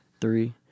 Three